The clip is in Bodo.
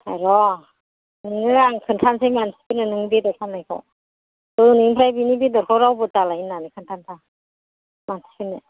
र नोंनो आं खिन्थासै मानसिफोरनो नोंनि बेदर फाननायखौ दिनैनिफ्राय बिनि बेदरखौ रावबो दालाय होननानै खोनथासां मानसिफोरनो